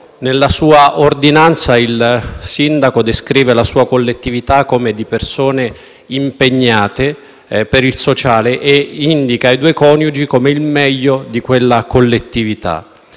nella sua ordinanza il sindaco descrive la sua collettività come di persone impegnate per il sociale e indica i due coniugi come il meglio di quella collettività.